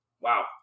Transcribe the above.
Wow